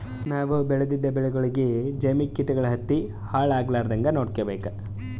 ನಾವ್ ಬೆಳೆದಿದ್ದ ಬೆಳಿಗೊಳಿಗಿ ಜೈವಿಕ್ ಕೀಟಗಳು ಹತ್ತಿ ಹಾಳ್ ಆಗಲಾರದಂಗ್ ನೊಡ್ಕೊಬೇಕ್